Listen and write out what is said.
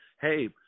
hey